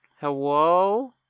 Hello